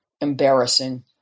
embarrassing